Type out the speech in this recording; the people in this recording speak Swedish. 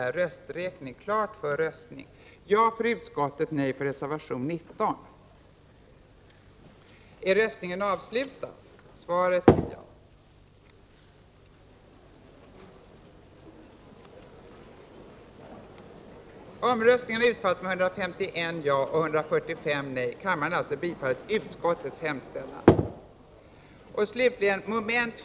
I Sverige är en grupp chilenare nu på väg från Västerås till Stockholm för att demonstrera sin avsky mot det som sker i hemlandet.